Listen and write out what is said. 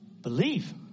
believe